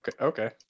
Okay